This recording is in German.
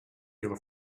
ihre